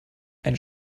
einen